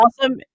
awesome